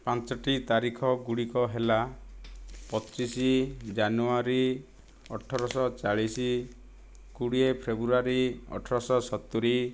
ପାଞ୍ଚୋଟି ତାରିଖ ଗୁଡ଼ିକ ହେଲା ପଚିଶ ଜାନୁଆରୀ ଅଠରଶହ ଚାଳିଶ କୋଡ଼ିଏ ଫେବୃଆରୀ ଅଠରଶହ ସତୁରି